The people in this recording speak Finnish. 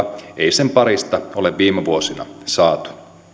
sen parista ole viime vuosina saatu